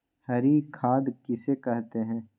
हरी खाद किसे कहते हैं?